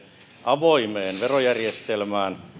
avoimeen verojärjestelmään